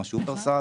כמו: שופרסל,